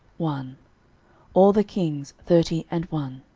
one all the kings thirty and one.